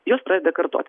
juos pradeda kartot